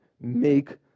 make